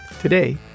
Today